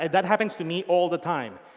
and that happens to me all the time.